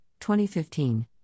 2015